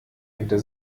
hinter